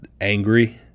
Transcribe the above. angry